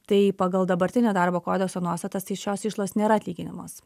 tai pagal dabartinio darbo kodekso nuostatas tai šios išlaidos nėra atlyginamos